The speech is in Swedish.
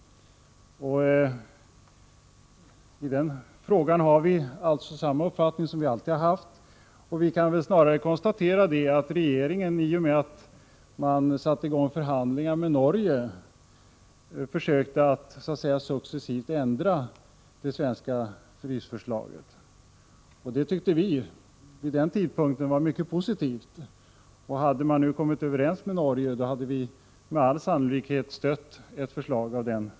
I den frågan har vi samma uppfattning som vi alltid har haft. Vi kan väl snarare konstatera att regeringen i och med att man satte i gång förhandlingar med Norge försökte att ändra det svenska frysförslaget. Det tyckte vi vid den tidpunkten var mycket positivt, och hade man kommit överens med Norge hade vi med all sannolikhet stött det förslaget.